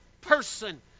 person